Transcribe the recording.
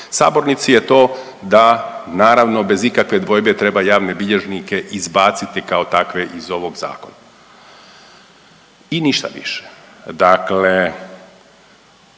sabornici je to da naravno bez ikakve dvojbe treba javne bilježnike izbaciti kao takve iz ovog zakona. I ništa više. Dakle,